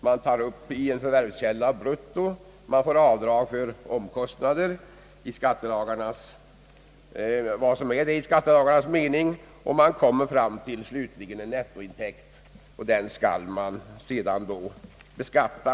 Man tar upp bruttointäkten av en förvärvskälla och får göra avdrag för omkostnader enligt bestämmelserna i våra skattelagar, och man får slutligen fram en nettointäkt som skall beskattas.